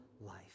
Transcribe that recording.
life